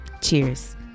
Cheers